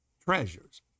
treasures